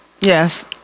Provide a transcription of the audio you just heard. Yes